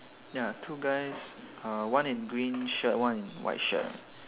ya two guys uh one in green shirt one in white shirt